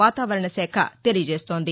వాతావరణశాఖ తెలియచేస్తోంది